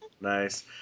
Nice